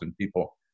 people